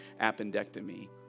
appendectomy